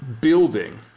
building